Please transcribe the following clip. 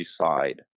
side